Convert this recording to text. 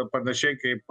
panašiai kaip